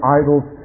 idols